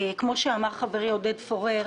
כמו שאמר חברי עודד פורר,